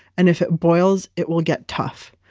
and if it boils, it will get tough.